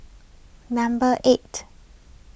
number eight